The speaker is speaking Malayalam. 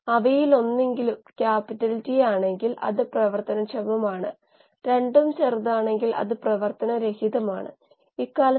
നിങ്ങളുടെ പശ്ചാത്തലത്തെ അനുസരിച്ചു അറിയാം അറിയാതിരിക്കാം